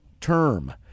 term